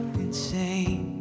insane